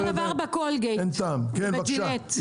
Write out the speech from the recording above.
אותו דבר בקולגייט ובג'ילט.